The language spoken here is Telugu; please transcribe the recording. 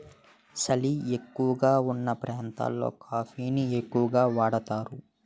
సలి ఎక్కువగావున్న ప్రాంతాలలో కాఫీ ని ఎక్కువగా వాడుతారు